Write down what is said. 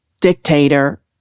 dictator